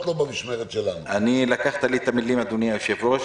אני לא מכיר את הרזומה שלך.